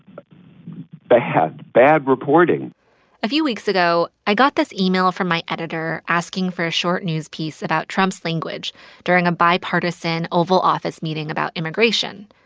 but ah bad reporting a few weeks ago, i got this email from my editor asking for a short news piece about trump's language during a bipartisan oval office meeting about immigration.